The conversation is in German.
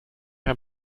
ein